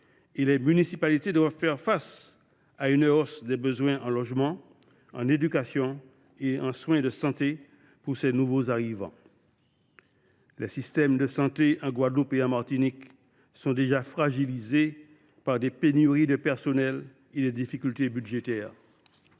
les municipalités doivent faire face à la hausse des besoins en logement, en éducation et en soins pour ces nouveaux arrivants. Les systèmes de santé en Guadeloupe et en Martinique sont pourtant déjà fragilisés par des pénuries de personnel et des difficultés budgétaires